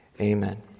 Amen